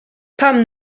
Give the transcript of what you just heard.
pam